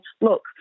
look